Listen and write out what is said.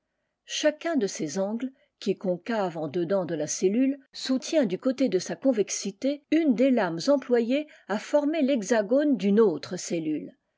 chacun de ces angles qui est concave en dedans de la cellule soutient du côté de sa convexité une des lames employées à former l'hexagone d'une autre